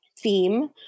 theme